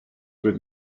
with